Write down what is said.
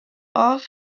off